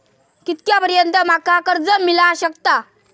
कितक्या पर्यंत माका कर्ज मिला शकता?